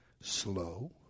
slow